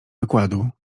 wykładu